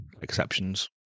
exceptions